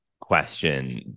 question